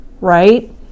Right